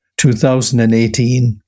2018